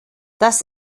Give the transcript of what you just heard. das